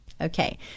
Okay